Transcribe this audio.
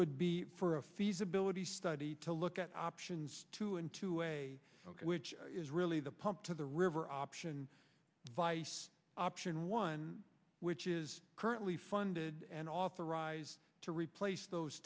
would be for a feasibility study to look at options to into a way which is really the pump to the river option via option one which is currently funded and authorized to replace those